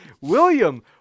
William